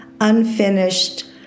unfinished